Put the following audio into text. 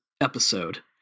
Episode